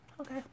okay